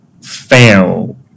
fail